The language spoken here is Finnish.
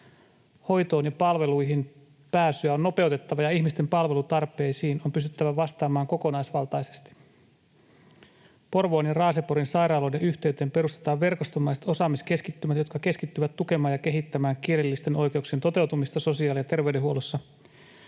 Hoitoon ja palveluihin pääsyä on nopeutettava ja ihmisten palvelutarpeisiin on pystyttävä vastaamaan kokonaisvaltaisesti. Porvoon ja Raaseporin sairaaloiden yhteyteen perustetaan verkostomaiset osaamiskeskittymät, jotka keskittyvät tukemaan ja kehittämään kielellisten oikeuksien toteutumista sosiaali- ja terveydenhuollossa.